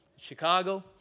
Chicago